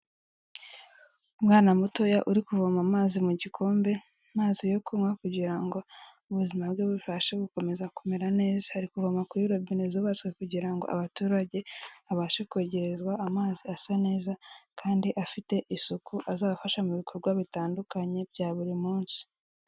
Umwana mutoya uri kuvoma amazi mu gikombe, amazi yo kunywa kugira ngo ubuzima bwe bufashe gukomeza kumera neza. Ari kuvoma kuri robine zubatswe kugira ngo abaturage babashe kwegerezwa amazi asa neza kandi afite isuku, azabafasha mu bikorwa bitandukanye bya buri munsi.